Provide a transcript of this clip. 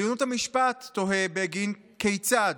עליונות המשפט", תוהה בגין, "כיצד?